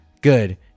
Good